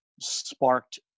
sparked